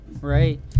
Right